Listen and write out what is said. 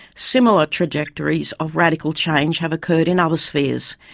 similar trajectories of radical change have occurred in other spheres,